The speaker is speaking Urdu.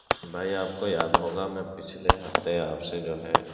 بھائی آپ کو یاد ہوگا میں پچھلے ہفتے آپ سے جو ہے